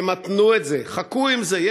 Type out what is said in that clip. תמתנו את זה, חכו עם זה.